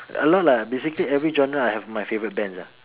a lot ah basically every genre I have my favourite bands ah